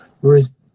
Whereas